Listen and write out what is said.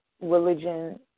religion